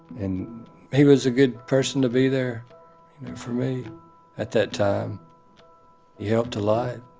and he was a good person to be there for me at that time. he helped a lot